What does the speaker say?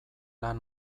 lan